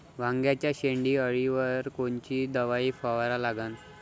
वांग्याच्या शेंडी अळीवर कोनची दवाई फवारा लागन?